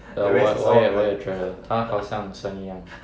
我也我也觉得他好像神一样